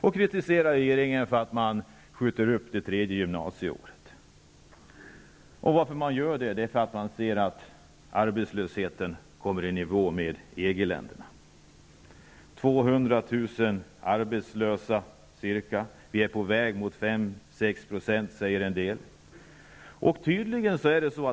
Han kritiserade regeringen för att den skjuter upp det tredje gymnasieåret. Orsaken till dessa varningar är att man ser att arbetslösheten börjar komma i nivå med EG-ländernas. Det finns nu ca 200 000 arbetslösa, och vi är på väg mot 5--6 % arbetslöshet, säger en del.